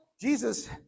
Jesus